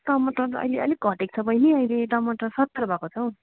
टमाटर अहिले अलिक घटेको छ बहिनी अहिले टमाटर सत्तरी भएको छ हौ